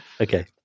Okay